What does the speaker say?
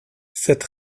cette